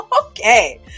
okay